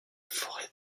forêt